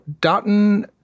Dutton